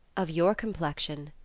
of your complexion,